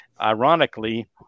Ironically